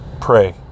pray